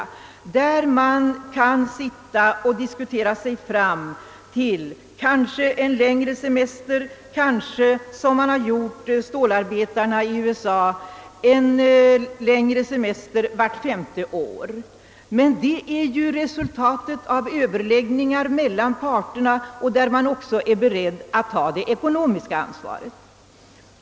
Man kan kanske som stålarbetarna i USA diskutera sig fram till en längre semester vart femte år, men det är i så fall ett resultat av överläggningar mellan parterna för vilket man också är beredd att ta de ekonomiska konsekvenserna.